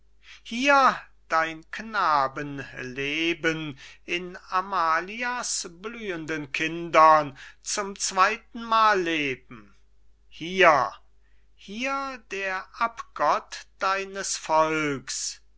hier dein knabenleben in amalia's blühenden kindern zum zweytenmal leben hier hier der abgott deines volks